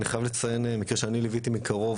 אני חייב לציין מקרה שאני ליוויתי מקרוב,